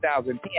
2010